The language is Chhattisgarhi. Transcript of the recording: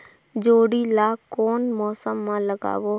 जोणी ला कोन मौसम मा लगाबो?